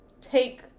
take